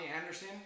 Anderson